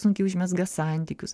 sunkiai užmezga santykius